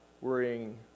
worrying